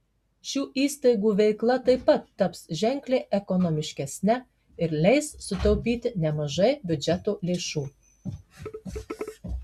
šių įstaigų veikla taip pat taps ženkliai ekonomiškesne ir leis sutaupyti nemažai biudžeto lėšų